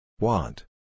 Want